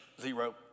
zero